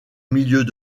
milieux